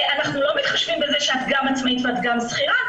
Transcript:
אנחנו לא מתחשבים בזה שאת גם עצמאית ואת גם שכירה.